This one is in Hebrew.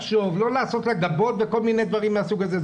לא לעשות גבות וכל מיני דברים מהסוג הזה.